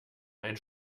ein